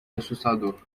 assustador